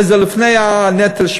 וזה לפני הנטל-שמטל.